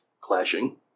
clashing